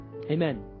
Amen